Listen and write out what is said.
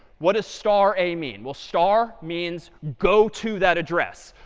what does star a mean? well, star means go to that address.